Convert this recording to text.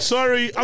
Sorry